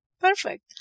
Perfect